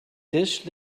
dish